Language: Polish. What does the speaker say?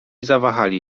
zawahali